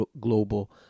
global